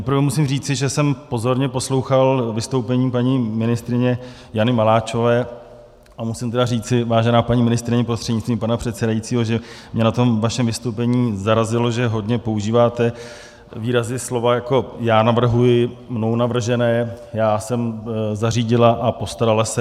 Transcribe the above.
Nejprve musím říct, že jsem pozorně poslouchal vystoupení paní ministryně Jany Maláčové, a musím tedy říci, vážená paní ministryně prostřednictvím pana předsedajícího, že mě na vašem vystoupení zarazilo, že hodně používáte výrazy a slova jako já navrhuji, mnou navržené, já jsem zařídila a postarala se.